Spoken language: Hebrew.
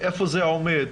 איפה זה עומד?